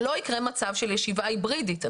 שלא יקרה מצב של ישיבה היברידית.